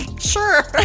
Sure